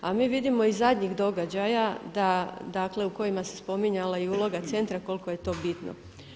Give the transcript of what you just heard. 02A mi vidimo iz zadnjih događaja da, dakle u kojima se spominjala i uloga centra koliko je to bitno.